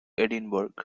edinburgh